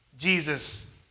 Jesus